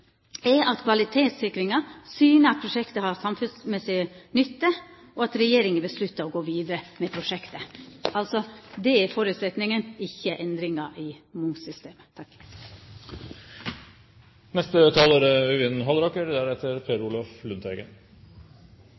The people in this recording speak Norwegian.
er at kvalitetssikringa syner at prosjektet har samfunnsmessig nytte, og at regjeringa vedtek å gå vidare med prosjektet – det er altså føresetnaden, og ikkje endringar i momssystemet. Først må jeg få si at det er